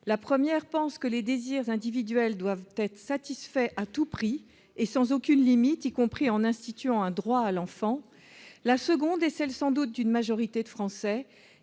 La première pense que les désirs individuels doivent être satisfaits à tout prix et sans aucune limite, y compris en instituant un « droit à l'enfant ». La seconde, partagée sans doute par une majorité de Français,